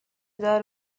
دار